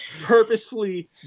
purposefully